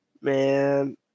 Man